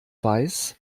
weiß